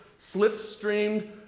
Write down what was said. slipstreamed